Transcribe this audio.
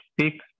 speak